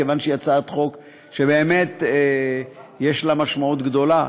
כיוון שהיא הצעת חוק שבאמת יש לה משמעות גדולה,